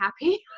happy